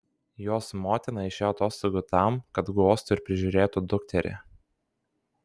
jos motina išėjo atostogų tam kad guostų ir prižiūrėtų dukterį